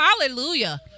hallelujah